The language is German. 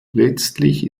letztlich